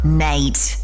nate